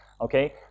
okay